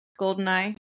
GoldenEye